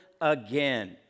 again